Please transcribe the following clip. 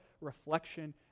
reflection